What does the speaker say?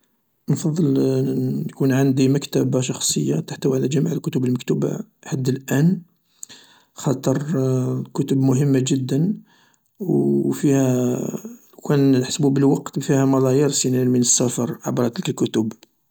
نفضل يكون عندي مكتبة شخصية تحتوي على جميع الكتب المكتوبة لحد الآن خاطر الكتب مهمة جدا و فيها لوكان نحسبو بالوقت فيها ملايير السنين من السفر عبر الكتب.